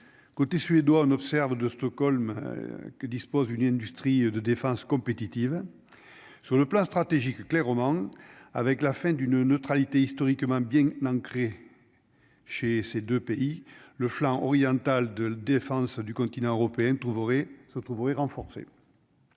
côté suédois, on observe de Stockholm que dispose une industrie de défense compétitive sur le plan stratégique, clairement, avec la fin d'une neutralité historiquement bien chez ces 2 pays, le flanc oriental de défense du continent européen trouverez se